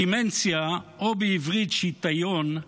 דמנציה, או בעברית שיטיון,